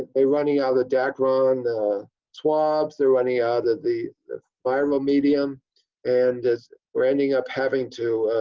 they running out of the dacron swabs. they're running out of the the viral ah medium and we're ending up having to